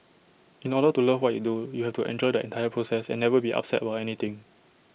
in order to love what you do you have to enjoy the entire process and never be upset about anything